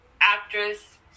actress